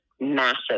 massive